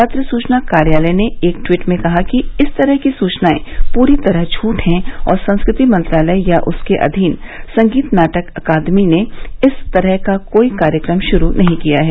पत्र सुचना कार्यालय ने एक ट्वीट में कहा है कि इस तरह की सूचनाए पूरी तरह झूठ हैं और संस्कृति मंत्रालय या उसके अधीन संगीत नाटक अकादमी ने इस तरह का कोई कार्यक्रम श्रू नहीं किया है